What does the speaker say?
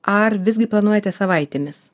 ar visgi planuojate savaitėmis